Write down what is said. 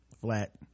flat